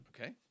Okay